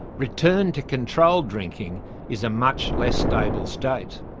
return to controlled drinking is a much less stable state.